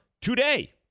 today